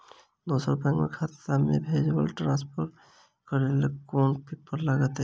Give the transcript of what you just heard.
दोसर बैंक केँ खाता मे भेजय वा ट्रान्सफर करै केँ लेल केँ कुन पेपर लागतै?